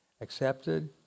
accepted